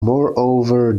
moreover